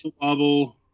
Bubble